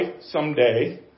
someday